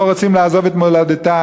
שלא רוצים לעזוב את מולדתם,